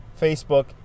Facebook